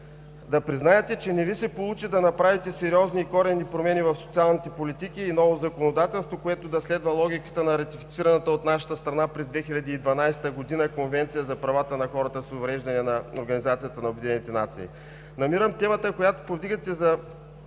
да признаете, че не Ви се получи да направите сериозни и коренни промени в социалните политики и ново законодателство, което да следва логиката на ратифицираната от нашата страна през 2012 г. Конвенция на ООН за правата на хората с увреждания. Намирам темата, която повдигате, за